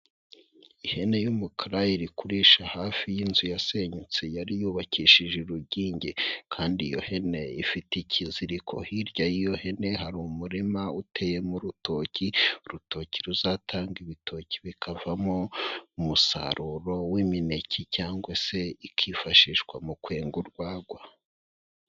Ihene y'umukara iri kurisha hafi y'inzu yasenyutse yari yubakishije urugingi kandi iyo hene ifite ikiziriko, hirya y'iyohene hari umurima uteyemo urutoki urutoki ruzatanga ibitoki bikavamo umusaruro w'imineke, cyangwa se ikifashishwa mu kwenga urwagwa.